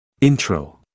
Intro